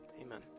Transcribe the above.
Amen